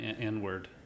inward